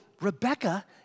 Rebecca